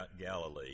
Galilee